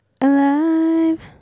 Alive